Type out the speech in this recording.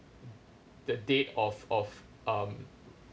the date of of um